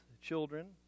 children